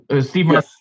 Steve